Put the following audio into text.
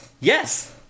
Yes